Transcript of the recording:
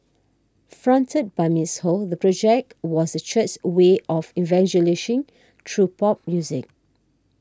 fronted by Miss Ho the project was the church's way of evangelising through pop music